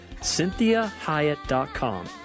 CynthiaHyatt.com